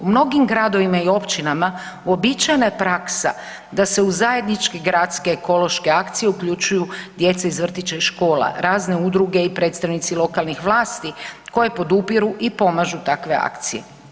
U mnogim gradovima i općinama uobičajena je praksa da se u zajedničke gradske, ekološke akcije uključuju djeca iz vrtića i škola, razne udruge i predstavnici lokalnih vlasti koje podupiru i pomažu takve akcije.